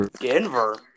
Denver